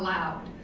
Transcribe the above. allowed.